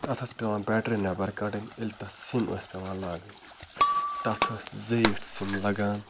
تتھ ٲس پٮ۪وان بیٹری نٮ۪بَر کَڑٕنۍ ییٚلہِ تتھ سِم ٲس پٮ۪وان لاگٕنۍ تتھ ٲس زیٖٹھ سِم لَگان